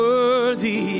Worthy